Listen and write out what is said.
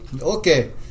Okay